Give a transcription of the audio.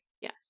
Yes